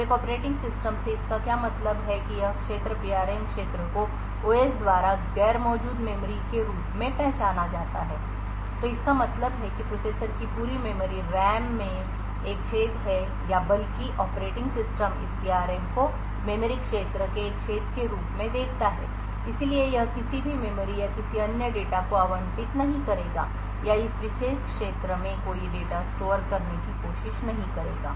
तो एक operating system से इसका क्या मतलब है कि यह क्षेत्र PRM क्षेत्र को OS द्वारा गैर मौजूद मेमोरी के रूप में पहचाना जाता है तो इसका मतलब है कि प्रोसेसर की पूरी मेमोरी रैम में एक छेद है या बल्कि ऑपरेटिंग सिस्टम इस पीआरएम को मेमोरी क्षेत्र के एक छेद के रूप में देखता है और इसलिए यह किसी भी मेमोरी या किसी अन्य डेटा को आवंटित नहीं करेगा या इस विशेष क्षेत्र में कोई डेटा स्टोर करने की कोशिश नहीं करेगा